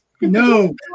No